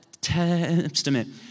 Testament